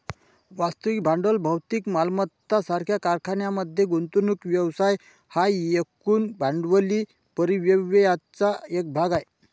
वास्तविक भांडवल भौतिक मालमत्ता सारख्या कारखान्यांमध्ये गुंतवणूक व्यवसाय हा एकूण भांडवली परिव्ययाचा एक भाग आहे